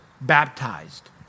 baptized